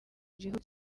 gihugu